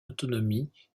autonomie